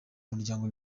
muryango